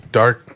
dark